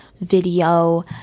video